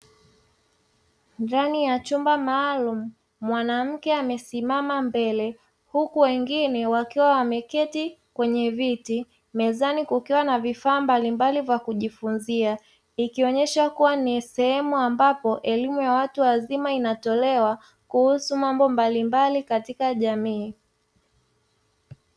Ndani ya chumba maalumu mwanamke amesimama mbele huku wengine wakiwa wameketi kwenye viti mezani kukiwa na vifaa mbalimbali vya kujifunzia ikionyesha kuwa ni sehemu ambapo elimu ya watu wazima inatolewa kuhusu mambo mbalimbali katika jamii.